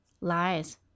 lies